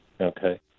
Okay